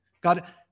God